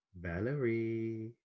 Valerie